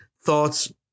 thoughts